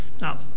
Now